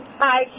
hi